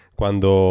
quando